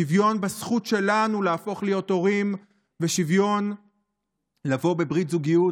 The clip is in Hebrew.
שוויון בזכות שלנו להפוך להיות הורים ושוויון לבוא בברית זוגיות